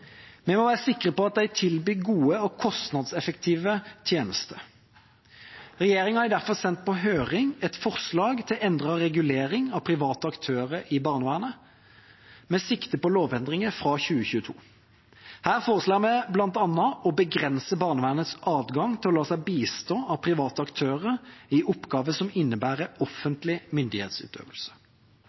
Vi må være sikre på at de tilbyr gode og kostnadseffektive tjenester. Regjeringa har derfor sendt på høring et forslag til endret regulering av private aktører i barnevernet, med sikte på lovendringer fra 2022. Her foreslår vi bl.a. å begrense barnevernets adgang til å la seg bistå av private aktører i oppgaver som innebærer offentlig myndighetsutøvelse.